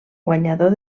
guanyador